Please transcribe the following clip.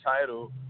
title